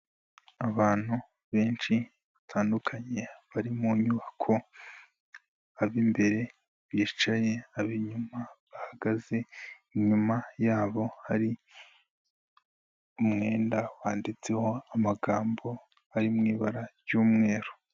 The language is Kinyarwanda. Abantu benshi batandukanye bari mu nyubako ab'imbere bicaye ab'inyuma bahagaze, inyuma yabo hari umwenda wanditseho amagambo ari mu ibara ry'umweru.